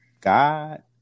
God